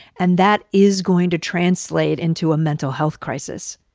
and that is going to translate into a mental health crisis.